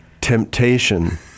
temptation